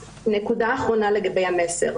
נקודה אחרונה, לגבי המסר.